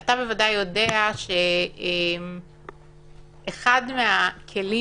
אתה בוודאי יודע שאחד הכלים